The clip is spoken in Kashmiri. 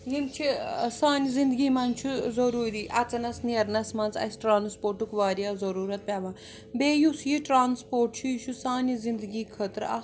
یِم چھِ سانہِ زنٛدگی منٛز چھُ ضرروٗی اَژنَس نیرنَس منٛز اَسہِ ٹرٛانٕسپورٹُک واریاہ ضروٗرت پٮ۪وان بیٚیہِ یُس یہِ ٹرٛانٕسپورٹ چھُ یہِ چھُ سانہِ زِنٛدگی خٲطرٕ اَکھ